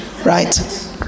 Right